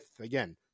again